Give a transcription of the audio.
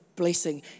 blessing